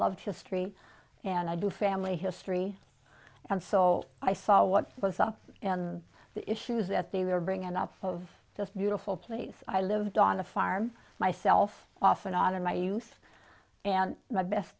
love history and i do family history and so i saw what was up and the issues that they were bringing lots of just beautiful place i lived on a farm myself off and on in my youth and the best